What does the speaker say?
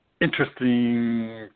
interesting